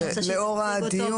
לאור הדיון,